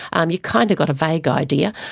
um you've kind of got a vague idea,